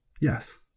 Yes